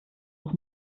das